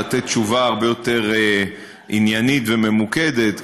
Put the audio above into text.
לתת תשובה הרבה יותר עניינית וממוקדת,